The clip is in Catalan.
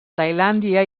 tailàndia